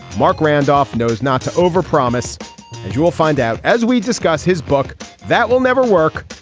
marc randolph knows not to over promise you will find out as we discuss his book that will never work.